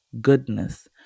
goodness